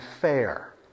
fair